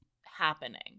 happening